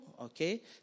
Okay